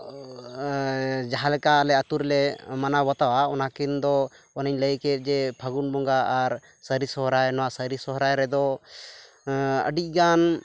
ᱡᱟᱦᱟᱸᱞᱮᱠᱟ ᱟᱞᱮ ᱟᱛᱳ ᱨᱮᱞᱮ ᱢᱟᱱᱟᱣ ᱵᱟᱛᱟᱣᱟ ᱚᱱᱟᱠᱤᱱ ᱫᱚ ᱚᱱᱮᱧ ᱞᱟᱹᱭ ᱠᱮᱫ ᱡᱮ ᱯᱷᱟᱹᱜᱩᱱ ᱵᱚᱸᱜᱟ ᱟᱨ ᱥᱟᱹᱨᱤ ᱥᱚᱨᱦᱟᱭ ᱨᱮᱫᱚ ᱟᱹᱰᱤᱜᱟᱱ